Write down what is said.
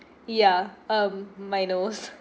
ya um my nose